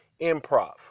improv